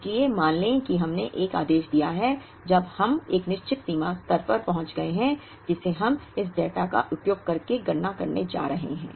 इसलिए मान लें कि हमने एक आदेश दिया है जब हम एक निश्चित सीमा स्तर पर पहुंच गए हैं जिसे हम इस डेटा का उपयोग करके गणना करने जा रहे हैं